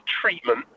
treatment